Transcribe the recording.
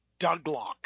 Douglock